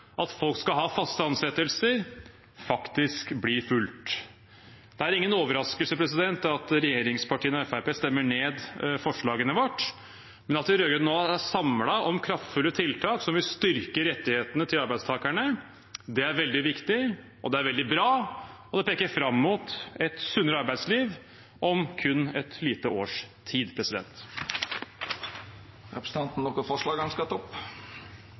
at folk skal ha fast ansettelse, faktisk blir fulgt. Det er ingen overraskelse at regjeringspartiene og Fremskrittspartiet stemmer ned forslaget vårt, men at de rød-grønne nå er samlet om kraftfulle tiltak som vil styrke rettighetene til arbeidstakerne, er veldig viktig og veldig bra. Det peker fram mot et sunnere arbeidsliv om kun et lite